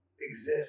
exist